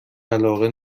علاقه